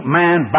man